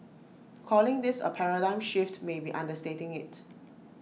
calling this A paradigm shift may be understating IT